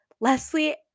Leslie